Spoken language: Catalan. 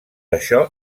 això